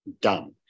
done